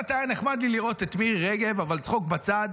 היה נחמד לי לראות את מירי רגב, אבל צחוק בצד.